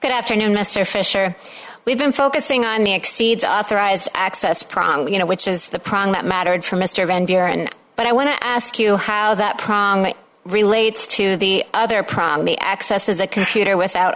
good afternoon mr fisher we've been focusing on the exceeds authorized access problem you know which is the problem that mattered for mr van buren but i want to ask you how that promise relates to the other problem the access is a computer without